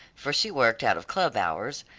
for she worked out of club hours.